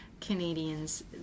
Canadians